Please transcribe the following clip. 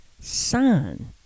son